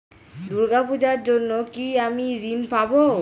দূর্গা পূজার জন্য কি আমি ঋণ পাবো?